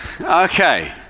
Okay